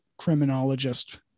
criminologist